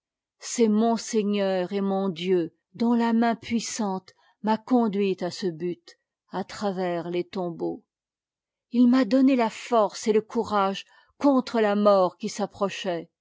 c'est mon seigneur et mon dieu dont la main puissante m'a conduit à ce but à travers les tombeaux il m'a donné la force et le courage contre a mort qui s'approchait